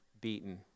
beaten